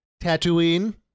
Tatooine